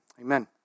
Amen